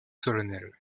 solennel